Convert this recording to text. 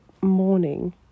Morning